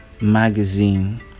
Magazine